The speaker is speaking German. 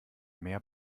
mehr